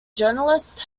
journalists